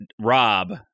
Rob